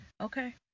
Okay